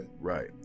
Right